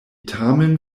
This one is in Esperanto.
tamen